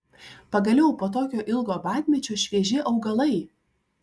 pagaliau po tokio ilgo badmečio švieži augalai